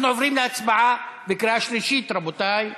אנחנו עוברים להצבעה בקריאה שלישית, רבותי.